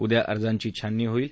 उद्या अर्जांची छाननी होईल